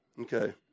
Okay